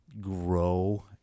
grow